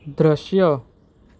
દ્રશ્ય